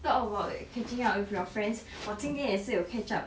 talk about catching up with your friends 我今天也是有 catch up